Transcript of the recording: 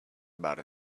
about